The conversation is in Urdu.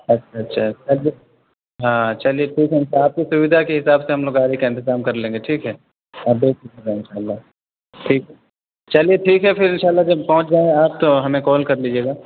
اچھا اچھا چلیے ہاں چلیے ٹھیک ہے آپ کی سویدھا کے حساب سے ہم لوگ گاڑی کا انتظام کر لیں گے ٹھیک ہے آپ بےفکر رہیں ان شاء اللہ ٹھیک ہے چلیے ٹھیک ہے پھر ان شاء اللہ جب پہنچ جائیں آپ تو ہمیں کال کر لیجیے گا